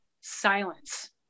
silence